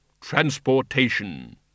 transportation